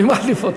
מי מחליף אותי?